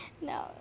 No